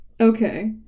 Okay